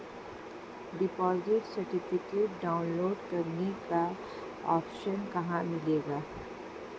Deposit certificate download करने का option कहां मिलेगा?